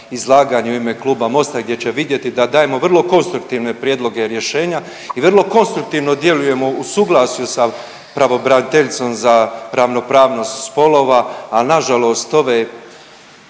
izlaganje u ime Kluba Mosta gdje će vidjeti da dajemo vrlo konstruktivne prijedloge rješenja i vrlo konstruktivno djelujemo u suglasju sa pravobraniteljicom za ravnopravnost spolova, a nažalost ove,